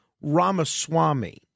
Ramaswamy